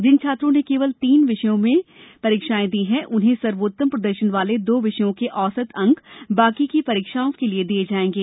जिन छात्रों ने केवल तीन विषयों में की परीक्षाएं दी हैं उन्हें सर्वोत्तम प्रदर्शन वाले दो विषयों के औसत अंक बाकी की परीक्षाओं के लिए दिए जाएंगे